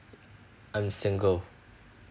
I'm single